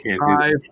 five